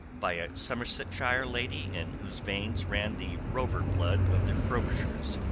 by a somersetshire lady in whose veins ran the rover blood of the frobishers,